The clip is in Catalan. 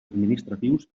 administratius